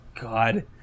god